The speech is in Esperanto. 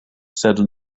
sed